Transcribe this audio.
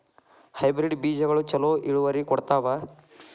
Hybrid ಬೇಜಗೊಳು ಛಲೋ ಇಳುವರಿ ಕೊಡ್ತಾವ?